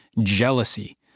jealousy